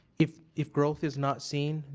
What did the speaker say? if if growth is not seen,